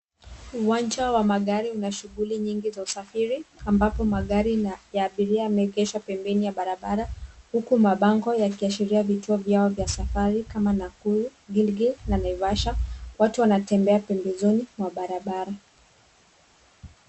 Mwanzo wa barabara una shughuli nyingi za usafirishaji, ambapo magari mbalimbali yamepaki kando ya barabara. Kando ya barabara, kuna mabango ya biashara yanayoonyesha huduma za usafiri kama zile za Nakuru, Gilgil, na Naivasha, huku watu wakitembea pembezoni mwa barabara.